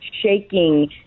shaking